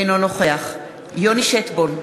אינו נוכח יוני שטבון,